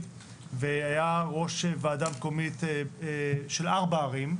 והיה ראש ועדה מקומית של ארבע ערים,